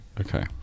Okay